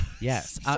Yes